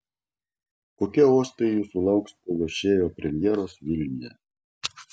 kokie uostai jūsų lauks po lošėjo premjeros vilniuje